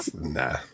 nah